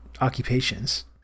occupations